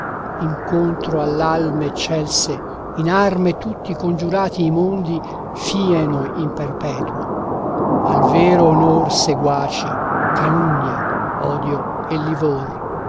incontro all'alme eccelse in arme tutti congiurati i mondi fieno in perpetuo al vero onor seguaci calunnia odio e livor